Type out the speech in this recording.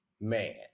Man